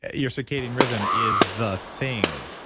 your circadian rhythm is the thing,